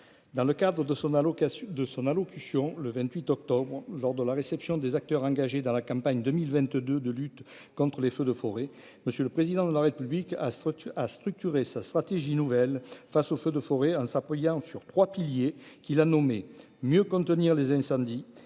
son allocation de son allocution, le 28 octobre lors de la réception des acteurs engagés dans la campagne 2022 de lutte contre les feux de forêt, monsieur le président de la République à structure à structurer sa stratégie nouvelle face aux feux de forêt, en s'appuyant sur 3 piliers qui l'a nommé mieux contenir les incendies